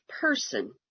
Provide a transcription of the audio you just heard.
person